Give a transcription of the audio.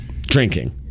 Drinking